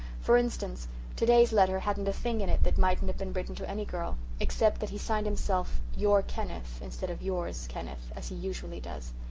for instance to-day's letter hadn't a thing in it that mightn't have been written to any girl, except that he signed himself your kenneth instead of yours, kenneth as he usually does.